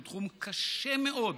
שהוא תחום קשה מאוד